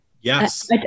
Yes